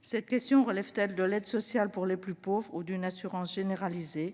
Cette question relève-t-elle de l'aide sociale pour les plus pauvres ou d'une assurance généralisée ?